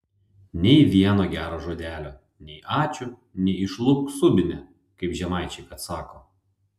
nei vieno gero žodelio nei ačiū nei išlupk subinę kaip žemaičiai kad sako